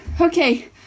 okay